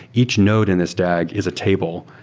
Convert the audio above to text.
each node in this dag is a table,